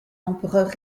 empereur